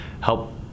help